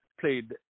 played